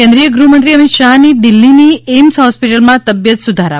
કેન્દ્રીય ગૃહમંત્રી અમિત શાહની દિલ્હીની એઇમ્સ હોસ્પિટલમાં તબીયત સુધારા